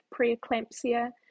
preeclampsia